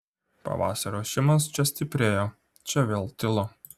pavasario ošimas čia stiprėjo čia vėl tilo